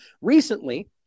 Recently